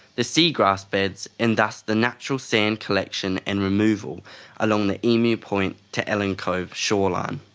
the seagrass beds and thus the natural sand collection and removal along the emu point to ellen cove shoreline.